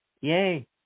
Yay